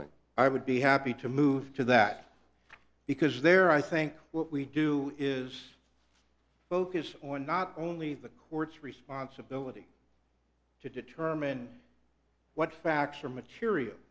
but i would be happy to move to that because there i think what we do is focus on not only the court's responsibility to determine what factual material